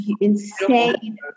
insane